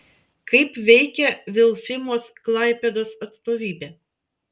kaip veikia vilfimos klaipėdos atstovybė